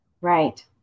Right